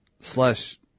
Slash